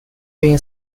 been